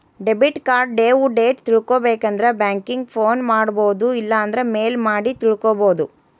debit card due date ತಿಳ್ಕೊಬೇಕಂದ್ರ banking phone ಮಾಡೊಬೋದು ಇಲ್ಲಾಂದ್ರ ಮೇಲ್ ಮಾಡಿ ತಿಳ್ಕೋಬೋದು